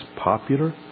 popular